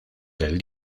del